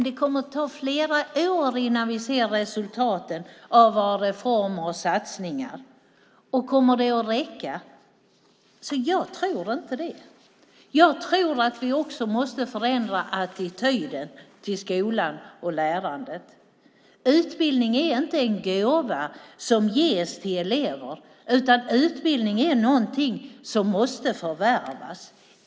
Det kommer att ta flera år innan vi får se resultaten av våra reformer och satsningar. Kommer de att räcka? Jag tror inte det. Vi måste också förändra attityden till skolan och lärandet. Utbildning är inte en gåva som ges till elever. Utbildning är någonting som måste förvärvas.